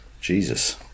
Jesus